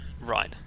Right